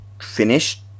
finish